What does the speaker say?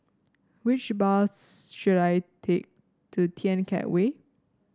which bus should I take to Kian Teck Way